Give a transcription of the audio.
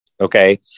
Okay